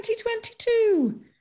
2022